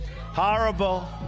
horrible